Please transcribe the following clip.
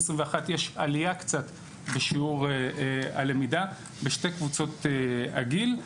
כן יש עלייה בשיעור הלמידה בשתי קבוצות הגיל,